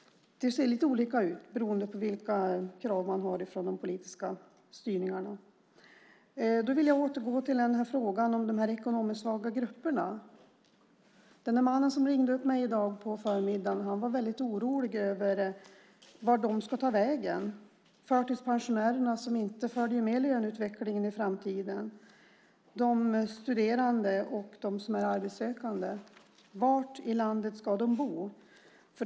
Det ser lite olika ut beroende på vilka krav man har från det politiska styret. Jag vill återgå till frågan om de ekonomiskt svaga grupperna. Den man som ringde upp mig på förmiddagen var väldigt orolig över vad de ska ta vägen. Det gäller förtidspensionärerna som inte följer med i löneutvecklingen i framtiden, de studerande och de som är arbetssökande. Var i landet ska de bo?